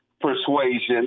persuasion